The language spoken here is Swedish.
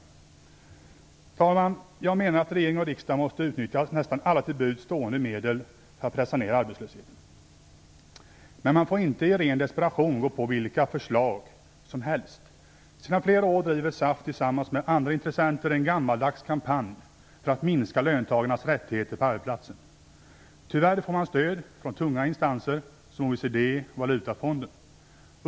Herr talman! Jag menar att regering och riksdag måste utnyttja nästan alla till buds stående medel för att pressa ned arbetslösheten. Men man får inte i ren desperation gå på vilka förslag som helst. Sedan flera år driver SAF tillsammans med andra intressenter en gammaldags kampanj för att minska löntagarnas rättigheter på arbetsplatsen. Tyvärr får man stöd från tunga instanser som OECD och Valutafonden.